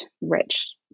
rich